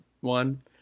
one